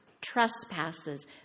trespasses